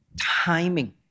timing